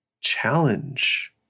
challenge